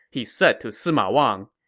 he said to sima wang,